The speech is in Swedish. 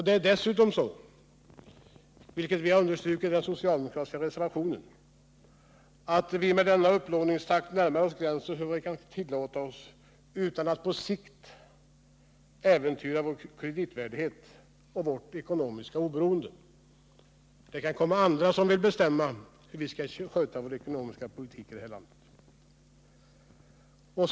Det är dessutom så, vilket vi understrukit i den socialdemokratiska reservationen, att vi med denna upplåningstakt närmar oss gränsen för vad vi kan tillåta oss utan att på sikt äventyra vår kreditvärdighet och vårt ekonomiska oberoende. Vi kan tvingas acceptera att andra än vi vill bestämma hur den ekonomiska politiken här i landet skall skötas.